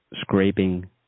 scraping